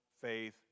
faith